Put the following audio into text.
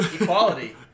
equality